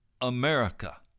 America